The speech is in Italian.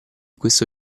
questo